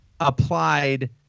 Applied